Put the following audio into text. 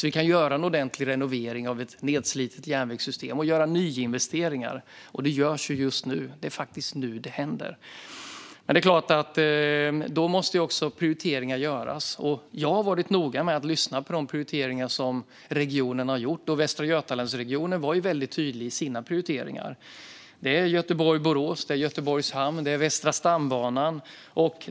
Vi ser behovet av en ordentlig renovering av ett nedslitet järnvägssystem och nyinvesteringar. Det har varit min utgångspunkt, och det görs just nu. Det är faktiskt nu det händer. Det är klart att då måste också prioriteringar göras, och jag har varit noga med att lyssna på de prioriteringar som regionen har gjort. Västra Götalandsregionen var väldigt tydlig i sina prioriteringar: Det är Göteborg-Borås, det är Göteborgs hamn, det är Västra stambanan.